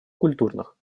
культурных